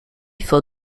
for